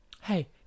Hey